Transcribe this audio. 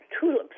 tulips